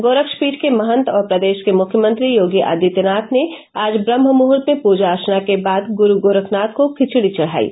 गोरक्ष पीठ के महंत और प्रदेश के मुख्यमंत्री योगी आदित्यनाथ ने आज ब्रम्हमुहर्त में पूजा अर्चना के बाद गुरू गोरखनाथ को खिचड़ी चढ़ायी